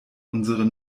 unsere